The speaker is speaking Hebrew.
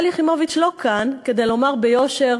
שלי יחימוביץ איננה כאן כדי לומר ביושר: